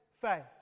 faith